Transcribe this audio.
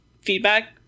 feedback